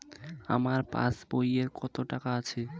আমার পাস বইয়ে কত টাকা আছে?